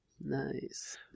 Nice